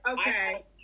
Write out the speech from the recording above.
okay